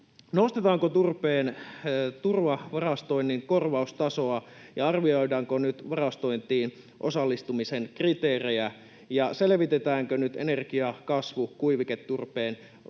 nostetaanko turpeen turvavarastoinnin korvaustasoa ja arvioidaanko nyt varastointiin osallistumisen kriteerejä, ja selvitetäänkö nyt energia‑, kasvu‑ ja kuiviketurpeen esimerkiksi